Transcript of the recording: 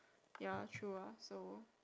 ya true ah so